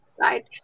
right